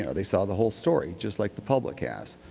you know they saw the whole story, just like the public has.